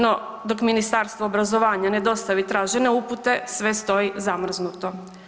No dok Ministarstvo obrazovanje ne dostavi tražene upute sve stoji zamrznuto.